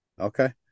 Okay